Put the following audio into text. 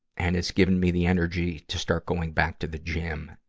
and it's given me the energy to start going back to the gym.